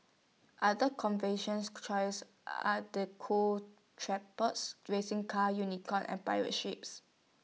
other choices are the cool tripods racing car unicorn and pirate ships